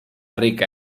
rica